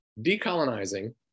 decolonizing